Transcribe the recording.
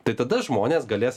tai tada žmonės galės